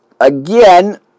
again